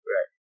Right